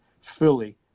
fully